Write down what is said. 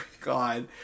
God